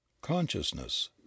Consciousness